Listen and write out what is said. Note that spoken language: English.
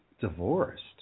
divorced